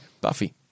Buffy